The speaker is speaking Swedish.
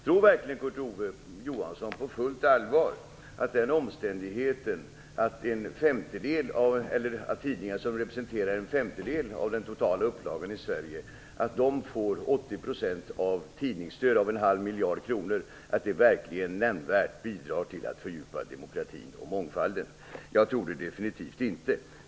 Tror verkligen Kurt Ove Johansson på fullt allvar att den omständigheten att tidningar som representerar en femtedel av den totala upplagan i Sverige får 80 % av tidningsstödet - av en halv miljard kronor - verkligen nämnvärt bidrar till att fördjupa demokratin och mångfalden? Jag tror det definitivt inte.